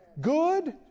good